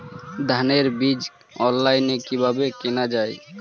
ধানের বীজ অনলাইনে কিভাবে কেনা যায়?